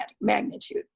magnitude